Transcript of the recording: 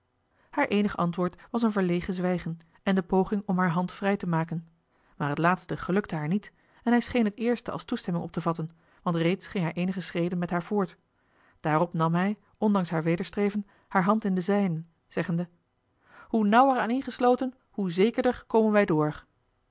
haar eenig antwoord was een verlegen zwijgen en de poging om hare hand vrij te maken maar het laatste gelukte haar niet en hij scheen het eerste als toestemming op te vatten want reeds ging hij eenige schreden met haar voort daarop nam hij ondanks haar wederstreven haar arm in den zijnen zeggende hoe nauwer aaneengesloten hoe zekerder komen wij door